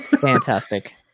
fantastic